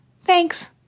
Thanks